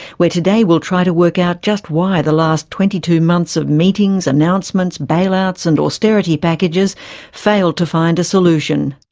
where today we'll try to work out just why the last twenty two months of meetings, announcements, bailouts and austerity packages failed to find a solution.